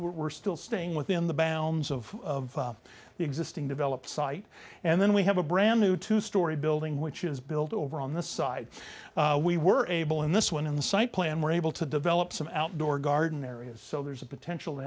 we're still staying within the bounds of the existing develop site and then we have a brand new two story building which is built over on the side we were able in this one on the site plan we're able to develop some outdoor garden areas so there's a potential to